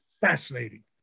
fascinating